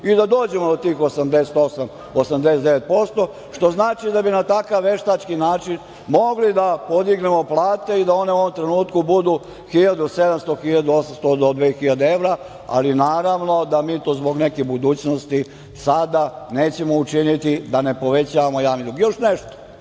i da dođemo do tih 88, 89 % što znači da bi na takav veštački način mogli da podignemo plate i da one u ovom trenutku budu 1.700, 1.800 do 2.000 evra, ali naravno da mi to zbog neke budućnosti sada nećemo učiniti da ne povećavamo javni dug.I još nešto.